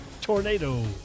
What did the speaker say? tornado